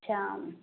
اچھا